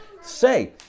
say